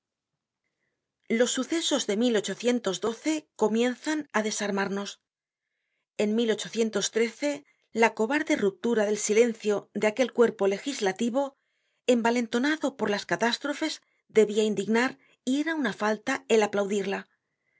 los sucesos de comienzan á desarmarnos en la cobarde ruptura del silencio de aquel cuerpo legislativo envalentonado por las catástrofes debia indignar y era una falta el aplaudirla en